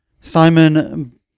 Simon